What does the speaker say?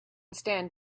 stand